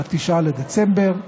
ב-9 בדצמבר,